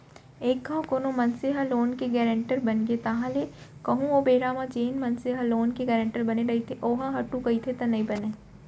एक घांव कोनो मनसे ह लोन के गारेंटर बनगे ताहले कहूँ ओ बेरा म जेन मनसे ह लोन के गारेंटर बने रहिथे ओहा हटहू कहिथे त नइ बनय